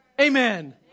Amen